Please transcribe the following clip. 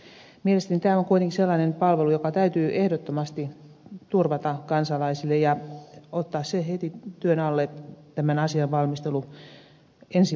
mielestäni tämä on kuitenkin sellainen palvelu joka täytyy ehdottomasti turvata kansalaisille ja tämän asian valmistelu täytyy ottaa työn alle heti ensi vuoden alussa